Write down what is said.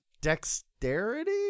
dexterity